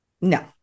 No